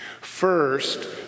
First